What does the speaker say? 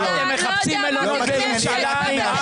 אי אפשר, עשינו התייעצות סיעתית, עד שנצביע נשכח.